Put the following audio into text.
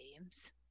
games